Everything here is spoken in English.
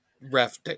ref